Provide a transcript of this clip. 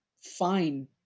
fine